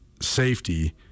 safety